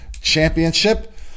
Championship